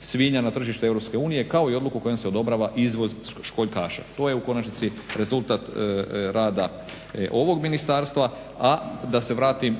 svinja na tržište EU kao i odluku kojom se odobrava izvoz školjkaša. To je u konačnici rezultat rada ovog Ministarstva. A